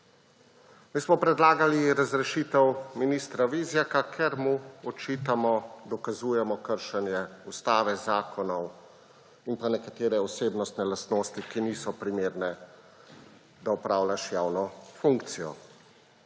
Mi smo predlagali razrešitev ministra Vizjaka, ker mu očitamo, dokazujemo kršenje ustave, zakonov in pa nekatere osebnostne lastnosti, ki niso primerne, da opravljaš javno funkcijo.